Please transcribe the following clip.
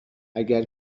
اگر